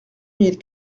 mille